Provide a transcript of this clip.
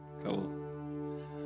Cool